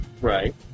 Right